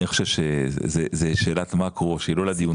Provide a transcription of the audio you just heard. אני חושב שזאת שאלת מקרו שהיא לא לדיון כרגע.